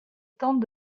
temps